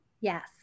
Yes